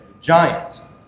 giants